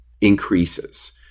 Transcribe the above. increases